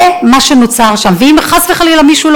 ארבעה או שישה חודשי מאסר ובן-אדם שגונב כסף יקבל חמש שנות